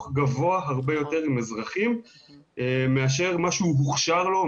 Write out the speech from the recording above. גבוה הרבה יותר עם אזרחים מאשר הוא הוכשר לו,